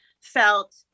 felt